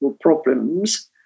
problems